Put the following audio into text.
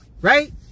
right